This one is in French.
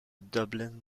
dublin